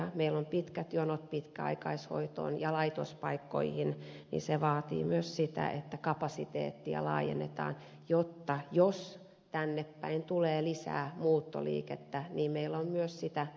kun meillä on pitkät jonot pitkäaikaishoitoon ja laitospaikkoihin niin se vaatii myös sitä että kapasiteettiä laajennetaan niin että jos tännepäin tulee lisää muuttoliikettä niin meillä on myös sitä tarjontaa